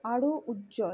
আরও উজ্জ্বল